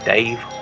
Dave